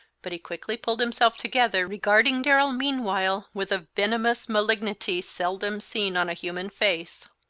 but he quickly pulled himself together, regarding darrell meanwhile with a venomous malignity seldom seen on a human face.